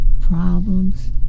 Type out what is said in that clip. problems